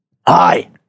Hi